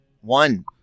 one